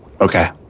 okay